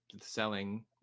selling